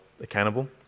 accountable